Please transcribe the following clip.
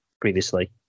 previously